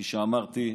כפי שאמרתי,